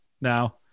Now